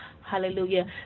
Hallelujah